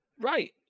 Right